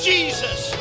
Jesus